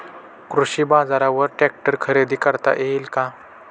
कृषी बाजारवर ट्रॅक्टर खरेदी करता येईल का?